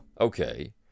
okay